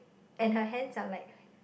and her hands are like